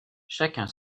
chacun